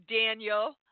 Daniel